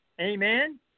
Amen